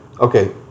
Okay